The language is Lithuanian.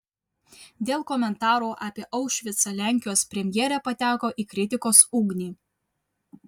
dėl komentarų apie aušvicą lenkijos premjerė pateko į kritikos ugnį